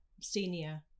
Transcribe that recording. senior